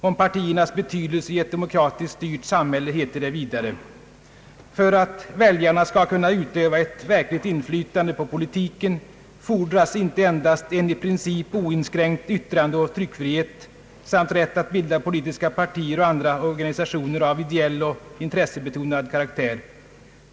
Om partiernas betydelse i ett demokratiskt styrt samhälle heter det vidare: »För att väljarna skall kunna utöva ett verkligt inflytande på politiken fordras inte endast en i princip oinskränkt yttrandeoch tryckfrihet samt rätt att bilda politiska partier och andra organisationer av ideell och intressebetonad karaktär.